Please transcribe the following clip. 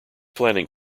planning